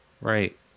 Right